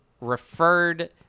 referred